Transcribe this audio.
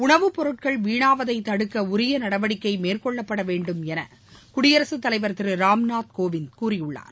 உணவுப்பொருட்கள் வீணாவதை தடுக்க உரிய நடவடிக்கை மேற்கொள்ளப்படவேண்டும் என குடியரசுத்தலைவர் திரு ராம்நாத் கோவிந்த் கூறியுள்ளார்